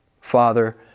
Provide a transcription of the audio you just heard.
Father